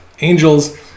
Angels